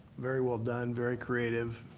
very well done. very creative.